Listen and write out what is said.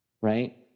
right